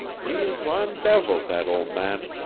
he is wan devil, dat ole man.